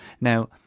Now